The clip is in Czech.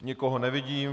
Nikoho nevidím.